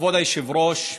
כבוד היושב-ראש,